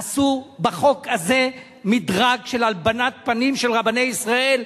עשו בחוק הזה מדרג של הלבנת פנים של רבני ישראל,